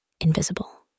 Invisible